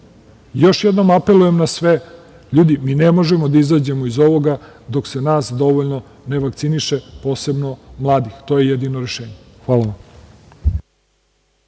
jednom apelujem na sve, ljudi, mi ne možemo da izađemo iz ovoga dok se nas dovoljno ne vakciniše, posebno mladi. To je jedino rešenje. Hvala.